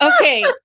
Okay